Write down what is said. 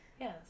Yes